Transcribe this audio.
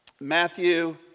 Matthew